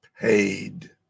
paid